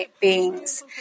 beings